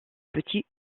petit